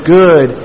good